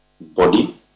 body